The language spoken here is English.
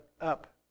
up